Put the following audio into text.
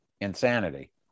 insanity